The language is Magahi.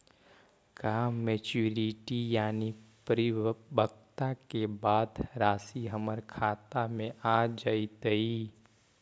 का मैच्यूरिटी यानी परिपक्वता के बाद रासि हमर खाता में आ जइतई?